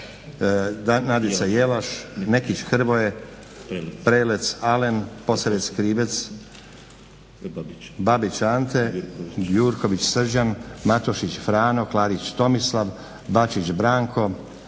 Nadica Jelaš, Nekić Hrvoje, Prelec Alen, Posavec Krivec, Babić Ante, Gjurković Srđan, Matošić Frano, Klarić Tomislav, Bačić Branko,